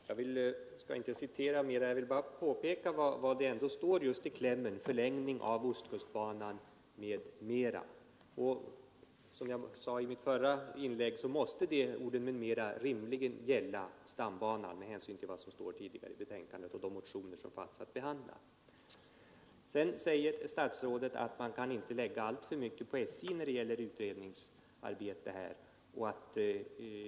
Herr talman! Jag skall inte citera mera, men jag vill bara påpeka att det i klämmen står ”förlängning av ostkustbanan m.m.”. Som jag sade i mitt förra inlägg måste orden ”m.m.” rimligen gälla stambanan med hänsyn till vad som står tidigare i betänkandet och de motioner som fanns att behandla. Statsrådet sade att man inte kan lägga alltför mycket utredningsarbete på SJ.